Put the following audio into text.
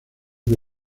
que